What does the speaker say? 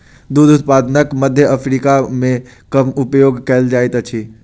दूध उत्पादनक मध्य अफ्रीका मे कम उपयोग कयल जाइत अछि